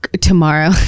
tomorrow